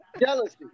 Jealousy